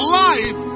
life